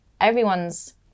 everyone's